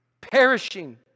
Perishing